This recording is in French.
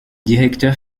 directeur